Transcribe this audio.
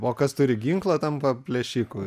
o kas turi ginklą tampa plėšiku